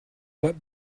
what